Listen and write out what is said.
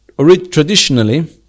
Traditionally